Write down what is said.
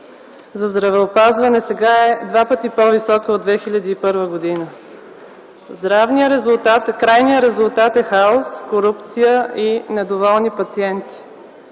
за здравеопазване, сега е два пъти по-висока от 2001 г. Крайният резултат е хаос, корупция и недоволни пациенти.